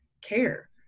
care